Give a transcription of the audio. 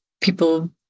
people